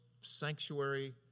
sanctuary